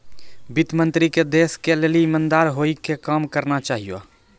वित्त मन्त्री के देश के लेली इमानदार होइ के काम करना चाहियो